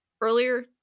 earlier